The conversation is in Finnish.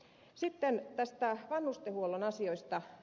sitten vanhustenhuollon asioista ed